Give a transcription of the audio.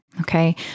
okay